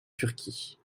turquie